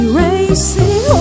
Erasing